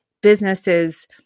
businesses